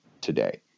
today